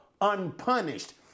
unpunished